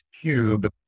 cube